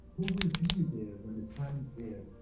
who will be there when the times there?